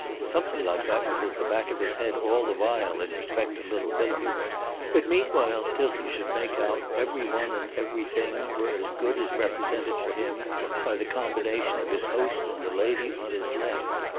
something like that was at the back of his head all the while in respect to little bilham but meanwhile, till he should make out, every one and every thing were as good as represented for him by the combination of his host and the lady on his left.